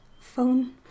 phone